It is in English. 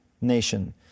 nation